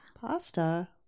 Pasta